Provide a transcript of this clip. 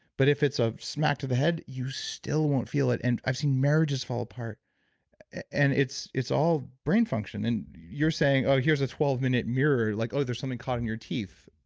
but if it's a smack to the head, you still won't feel it and i've seen marriages fall apart and it's it's all brain function. and you're saying here's a twelve minute mirror. like oh, there's something caught in your teeth.